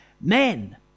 Men